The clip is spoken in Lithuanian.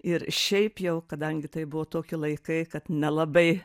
ir šiaip jau kadangi tai buvo tokie laikai kad nelabai